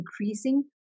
increasing